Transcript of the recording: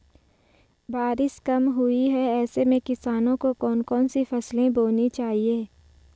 बारिश कम हुई है ऐसे में किसानों को कौन कौन सी फसलें बोनी चाहिए?